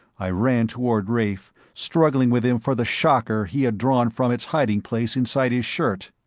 i ran toward rafe, struggling with him for the shocker he had drawn from its hiding-place inside his shirt.